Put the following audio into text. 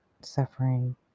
suffering